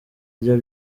ryo